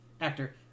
Actor